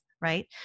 Right